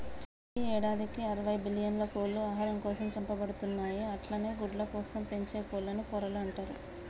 ప్రతి యేడాదికి అరవై బిల్లియన్ల కోళ్లు ఆహారం కోసం చంపబడుతున్నయి అట్లనే గుడ్లకోసం పెంచే కోళ్లను పొరలు అంటరు